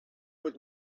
with